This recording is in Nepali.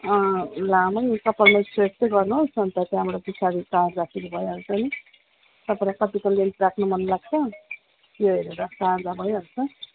लामै कपालमा स्ट्रेट चाहिँ गर्नुहोस् अन्त त्यहाँबाट पछाडि काट्दाखेरि भइहाल्छ नि तपाईँलाई कतिको लेन्थ राख्नु मनलाग्छ त्यो हेरेर काट्दा भइहाल्छ